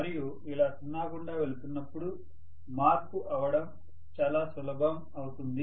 మరియు ఇలా సున్నా గుండా వెళుతున్నప్పుడు మార్పు అవడం చాలా సులభం అవుతుంది